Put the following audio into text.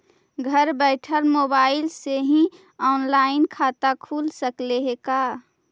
घर बैठल मोबाईल से ही औनलाइन खाता खुल सकले हे का?